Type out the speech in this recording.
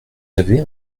avez